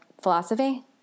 philosophy